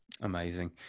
Amazing